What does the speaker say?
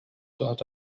thought